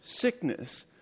sickness